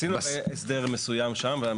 עשינו שם הסדר מסוים.